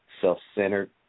self-centered